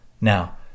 now